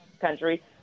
country